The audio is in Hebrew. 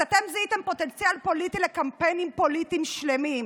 אז זיהיתם פוטנציאל פוליטי לקמפיינים פוליטיים שלמים,